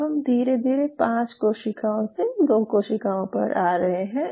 अब हम धीरे धीरे पांच कोशिकाओं से दो कोशिकाओं पर आ रहे हैं